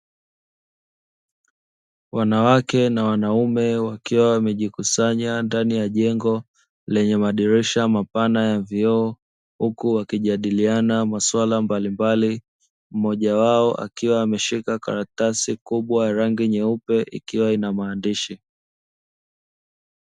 Wanawake na wanaume, wakiwa wamejikusanya ndani ya jengo lenye madirisha mapana ya vioo, huku wakijadiliana maswala mbalimbali mmoja wao, akiwa ameshika karatasi kubwa ya rangi nyeupe ikiwa ina maandishi.